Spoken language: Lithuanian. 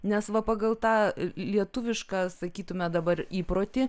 nes va pagal tą lietuvišką sakytume dabar įprotį